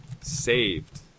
Saved